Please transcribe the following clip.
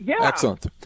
Excellent